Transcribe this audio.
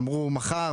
אמרו מחר,